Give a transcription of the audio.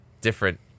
different